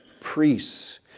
priests